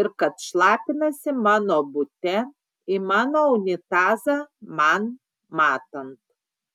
ir kad šlapinasi mano bute į mano unitazą man matant